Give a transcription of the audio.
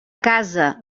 casa